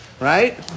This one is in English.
Right